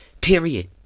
Period